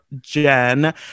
Jen